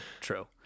true